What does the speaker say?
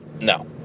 No